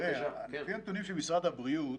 לפי הנתונים של משרד הבריאות,